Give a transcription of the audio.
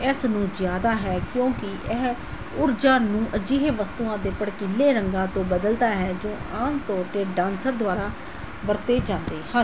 ਇਸ ਨੂੰ ਜ਼ਿਆਦਾ ਹੈ ਕਿਉਂਕਿ ਇਹ ਊਰਜਾ ਨੂੰ ਅਜਿਹੇ ਵਸਤੂਆਂ ਦੇ ਭੜਕੀਲੇ ਰੰਗਾਂ ਤੋਂ ਬਦਲਦਾ ਹੈ ਜੋ ਆਮ ਤੌਰ 'ਤੇ ਡਾਂਸਰ ਦੁਆਰਾ ਵਰਤੇ ਜਾਂਦੇ ਹਨ